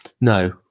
No